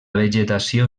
vegetació